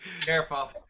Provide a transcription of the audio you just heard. Careful